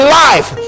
life